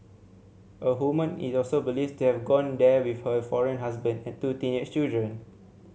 a woman is also believed to have gone there with her foreign husband and two teenage children